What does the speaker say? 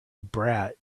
brat